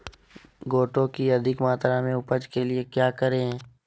गोटो की अधिक मात्रा में उपज के लिए क्या करें?